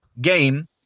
game